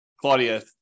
Claudia